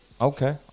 okay